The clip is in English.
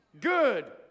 Good